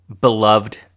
beloved